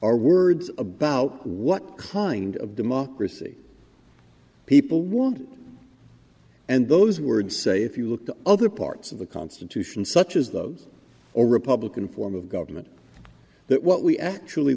are words about what kind of democracy people want and those words say if you look to other parts of the constitution such as those or republican form of government that what we actually